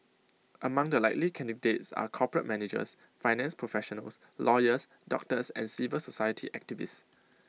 among the likely candidates are corporate managers finance professionals lawyers doctors and civil society activists